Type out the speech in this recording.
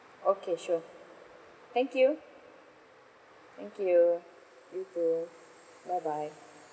okay sure thank you thank you you too bye bye